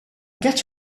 get